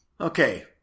Okay